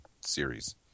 series